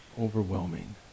overwhelming